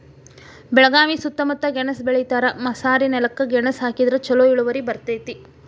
ಬೆಳಗಾವಿ ಸೂತ್ತಮುತ್ತ ಗೆಣಸ್ ಬೆಳಿತಾರ, ಮಸಾರಿನೆಲಕ್ಕ ಗೆಣಸ ಹಾಕಿದ್ರ ಛಲೋ ಇಳುವರಿ ಬರ್ತೈತಿ